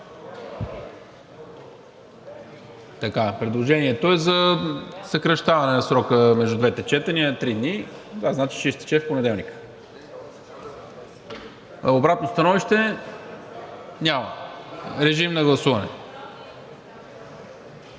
Предложението е за съкращаване на срока между двете четения на три дни. Това значи, че ще изтече в понеделник. Обратно становище? Няма. Режим на гласуване.